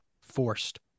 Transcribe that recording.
forced